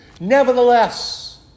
Nevertheless